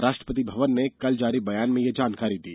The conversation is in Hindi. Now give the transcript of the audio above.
राष्ट्रपति भवन ने कल जारी बयान में यह जानकारी दी